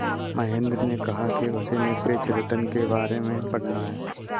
महेंद्र ने कहा कि उसे निरपेक्ष रिटर्न के बारे में पढ़ना है